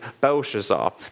Belshazzar